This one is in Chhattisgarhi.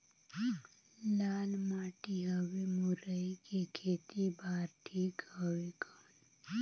लाल माटी हवे मुरई के खेती बार ठीक हवे कौन?